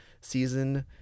season